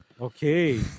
Okay